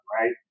right